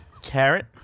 Carrot